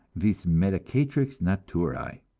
vis medicatrix naturae,